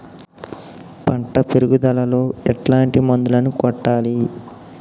పంట పెరుగుదలలో ఎట్లాంటి మందులను కొట్టాలి?